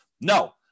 no